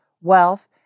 wealth